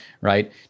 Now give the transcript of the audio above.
right